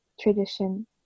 tradition